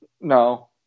no